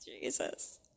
Jesus